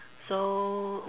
so